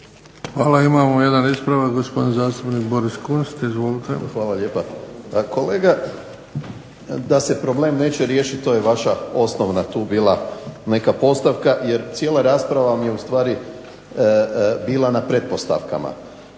Hvala. Imamo jedan ispravak, gospodin zastupnik Boris Kunst. Izvolite. **Kunst, Boris (HDZ)** Hvala lijepa. Kolega, da se problem neće riješit to je vaša osnovna tu bila neka postavka jer cijela rasprava vam je ustvari bila na pretpostavkama